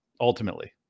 ultimately